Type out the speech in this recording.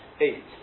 eight